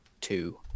two